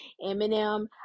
Eminem